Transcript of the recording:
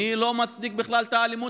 אני לא מצדיק בכלל את האלימות,